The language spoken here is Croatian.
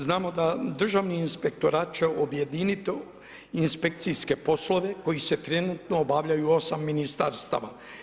Znamo da Državni inspektorat će objediniti inspekcijske poslove koji se trenutno obavljaju u 8 Ministarstava.